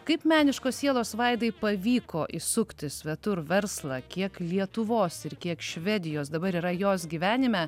kaip meniškos sielos vaidai pavyko įsukti svetur verslą kiek lietuvos ir kiek švedijos dabar yra jos gyvenime